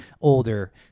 older